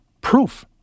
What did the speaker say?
proof